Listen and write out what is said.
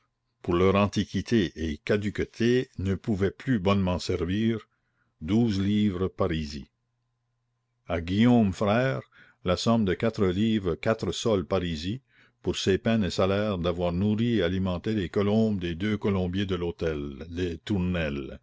pour leur antiquité et caduqueté ne pouvaient plus bonnement servir douze livres parisis à guillaume frère la somme de quatre livres quatre sols parisis pour ses peines et salaires d'avoir nourri et alimenté les colombes des deux colombiers de l'hôtel des tournelles